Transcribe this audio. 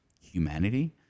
humanity